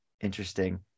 interesting